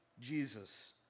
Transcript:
Jesus